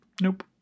Nope